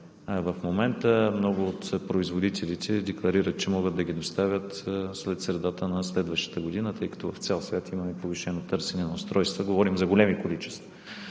В момента много от производителите декларират, че могат да ги доставят след средата на следващата година, тъй като в цял свят имаме повишено търсене на устройства – говорим за големи количества,